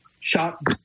shot